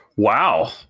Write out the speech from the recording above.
Wow